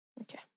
Okay